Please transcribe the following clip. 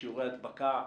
שיעורי הדבקה.